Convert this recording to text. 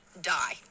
die